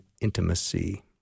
intimacy